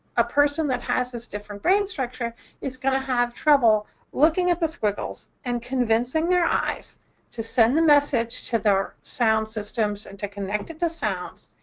a person that has this different brain structure is going to have trouble looking at the squiggles and convincing their eyes to send the message to their sound systems and to connect it to sounds,